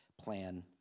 plan